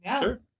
Sure